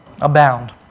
abound